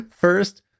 first